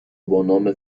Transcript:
بانام